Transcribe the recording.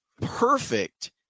perfect